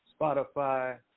Spotify